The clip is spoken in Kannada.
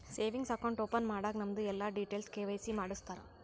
ಸೇವಿಂಗ್ಸ್ ಅಕೌಂಟ್ ಓಪನ್ ಮಾಡಾಗ್ ನಮ್ದು ಎಲ್ಲಾ ಡೀಟೇಲ್ಸ್ ಕೆ.ವೈ.ಸಿ ಮಾಡುಸ್ತಾರ್